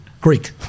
Greek